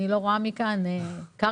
להקריא?